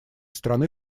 страны